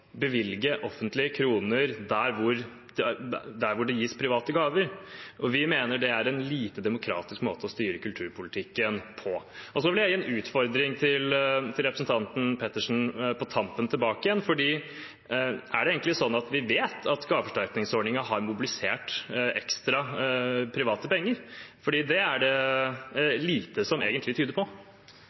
bevilge offentlige kroner der det gis private gaver, og vi mener det er en lite demokratisk måte å styre kulturpolitikken på. På tampen vil jeg gi representanten Pettersen en utfordring tilbake: Er det egentlig sånn at vi vet at gaveforsterkningsordningen har mobilisert ekstra private penger? Det er egentlig lite som tyder på